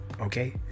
okay